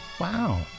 Wow